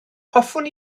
hoffwn